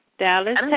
Dallas